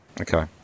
Okay